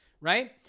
right